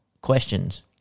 questions